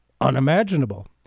unimaginable